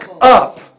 up